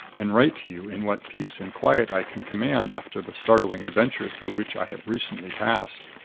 and write to you in what peace and quiet i can command after the startling adventure through which i have recently passed.